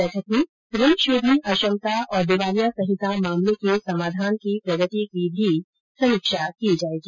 बैठक में ऋण शोधन अक्षमता और दिवालिया संहिता मामलों के समाधान की प्रगति की भी समीक्षा की जायेगी